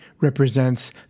represents